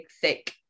thick